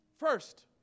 First